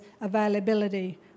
availability